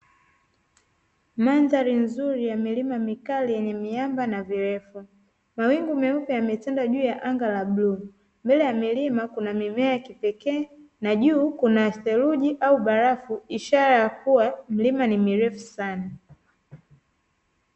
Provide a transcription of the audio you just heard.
Mandhari nzuri ya milima mikali yenye miamba na mirefu, mawingu meupe yanetanda juu ya anga ya bluu. Mbele ya milima kuna mimea ya kipekee na juu kuna theluji au barafu, ishara ya kuwa milima ni mirefu sana.